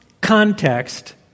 context